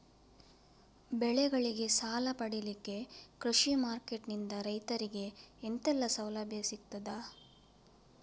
ಬೆಳೆಗಳಿಗೆ ಸಾಲ ಪಡಿಲಿಕ್ಕೆ ಕೃಷಿ ಮಾರ್ಕೆಟ್ ನಿಂದ ರೈತರಿಗೆ ಎಂತೆಲ್ಲ ಸೌಲಭ್ಯ ಸಿಗ್ತದ?